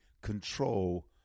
control